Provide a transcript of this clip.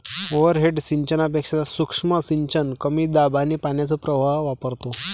overhead सिंचनापेक्षा सूक्ष्म सिंचन कमी दाब आणि पाण्याचा प्रवाह वापरतो